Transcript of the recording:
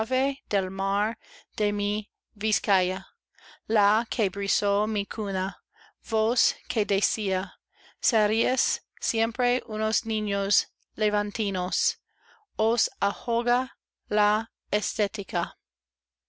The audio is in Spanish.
de mi vizcaya la que brizó mi cuna voz que decía seréis siempre unos niños levantinos os ahoga la